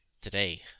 Today